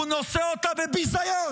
הוא נושא אותה בביזיון,